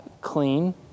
clean